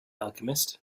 alchemist